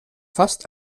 fast